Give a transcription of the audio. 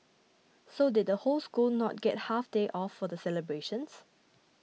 so did the whole school not get half day off for the celebrations